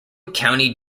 county